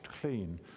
clean